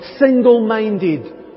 single-minded